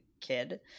kid